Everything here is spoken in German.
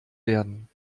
werden